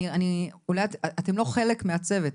אתם לא חלק מהצוות,